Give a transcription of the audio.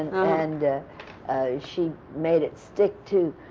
and she made it stick, too.